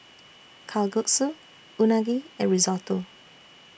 Kalguksu Unagi and Risotto